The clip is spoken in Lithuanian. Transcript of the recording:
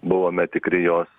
buvome tikri jos